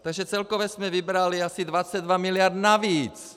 Takže celkově jsme vybrali asi 22 mld. navíc!